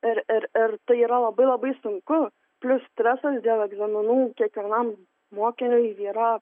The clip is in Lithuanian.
ir ir ir tai yra labai labai sunku plius stresas dėl egzaminų kiekvienam mokiniui yra